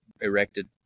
erected